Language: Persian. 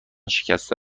شکسته